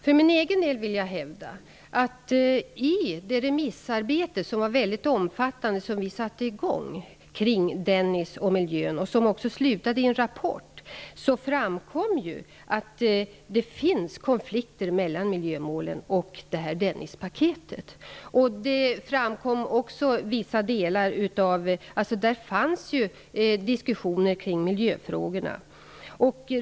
För min egen del vill jag hävda att det i det väldigt omfattande remissarbete som vi satte i gång kring ''Dennis och miljön'' och som också slutade i en rapport, framkom att det finns konflikter mellan miljömålen och Dennispaketet. Det fördes diskussioner kring miljöfrågorna.